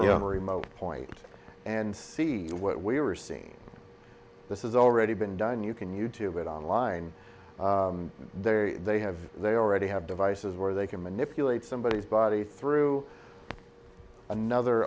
you know remote point and see what we were seeing this is already been done you can you tube it online there they have they already have devices where they can manipulate somebody's body through another